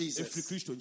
Jesus